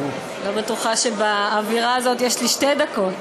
לא בטוחה שבאווירה הזאת יש לי שתי דקות.